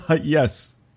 yes